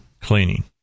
Cleaning